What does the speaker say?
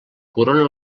corona